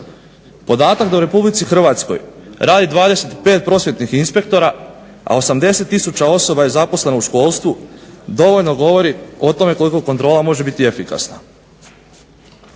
Podatak da u Republici Hrvatskoj radi 25 inspektora, a 80 tisuća osoba je zaposleno u školstvu dovoljno govori o tome koliko kontrola može biti efikasna.